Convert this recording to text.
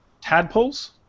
Tadpoles